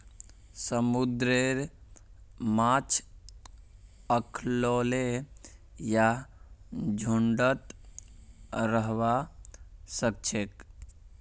समुंदरेर माछ अखल्लै या झुंडत रहबा सखछेक